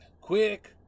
quick